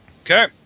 okay